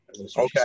Okay